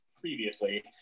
previously